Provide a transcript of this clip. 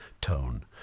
tone